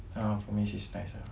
uh for me she's nice ah